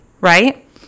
Right